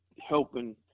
helping